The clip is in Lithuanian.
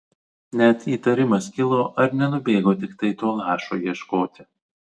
net įtarimas kilo ar nenubėgo tiktai to lašo ieškoti